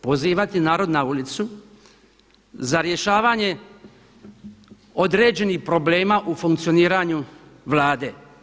Pozivati narod na ulicu za rješavanje određenih problema u funkcioniranju Vlade.